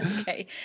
Okay